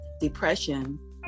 depression